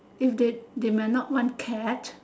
if they they might not want cat